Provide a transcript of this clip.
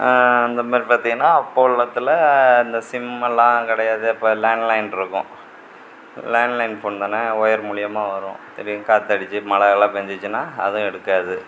அந்தமாதிரி பார்த்தீங்கன்னா அப்போ உள்ளதில் இந்த சிம் எல்லாம் கிடையாது அப்போ லேண்ட்லைன் இருக்கும் லேண்ட்லைன் ஃபோன் தானே வயர் மூலிமா வரும் திடீர்னு காற்றடிச்சி மழை கில பேஞ்சுச்சினா அதுவும் எடுக்காது